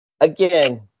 Again